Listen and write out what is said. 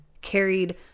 carried